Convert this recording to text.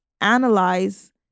analyze